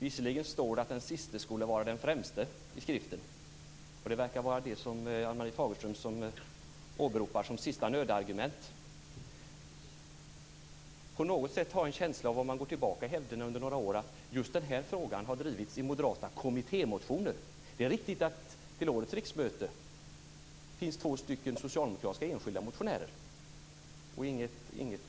Visserligen står det i skriften att de sista skola vara de främsta, och det verkar vara det som Ann-Marie Fagerström åberopar som ett sista nödargument. Om man går tillbaka några år i hävderna visar det sig att just den här frågan har drivits i moderata kommittémotioner. Det är riktigt att det under årets riksmöte har väckts två motioner av enskilda socialdemokrater.